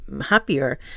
happier